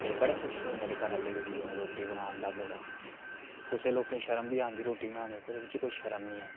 ते बड़ा खुश होए मेरे घर आह्ले गी रुट्टी बना दा मुड़ा कुसै लोकें गी शर्म बी आंदी रुट्टी बनाने पर एह्दे च कोई शर्म निं ऐ